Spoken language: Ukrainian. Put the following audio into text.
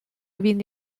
він